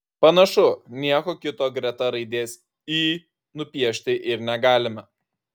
panašu nieko kito greta raidės y nupiešti ir negalime